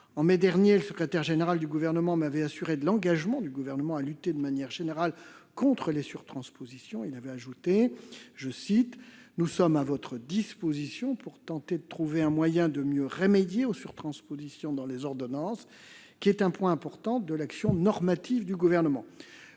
En mai dernier, le secrétaire général du Gouvernement m'avait assuré de l'engagement de l'exécutif à lutter de manière générale contre les surtranspositions, ajoutant qu'il était à notre « disposition pour tenter de trouver un moyen de mieux remédier aux surtranspositions dans les ordonnances, qui est un point important de l'action normative du Gouvernement ».